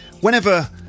whenever